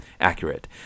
accurate